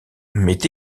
met